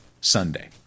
Sunday